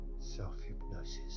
self-hypnosis